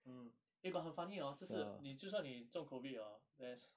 mm eh but 很 funny hor 这次你就算你中 COVID hor there's